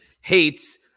hates